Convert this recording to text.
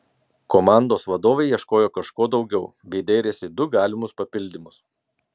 komandos vadovai ieškojo kažko daugiau bei dairėsi į du galimus papildymus